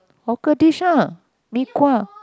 hawker dish lah mee-kuah